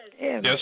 Yes